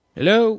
Hello